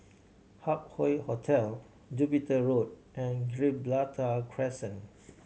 Hup Hoe Hotel Jupiter Road and Gibraltar Crescent